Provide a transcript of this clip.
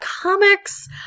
comics